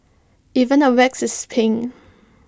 even the wax is pink